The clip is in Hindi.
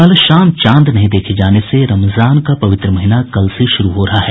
कल शाम चांद नहीं देखे जाने से रमजान का पवित्र महिना कल से शुरू हो रहा है